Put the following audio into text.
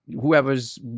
whoever's